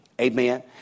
Amen